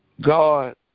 God